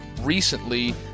recently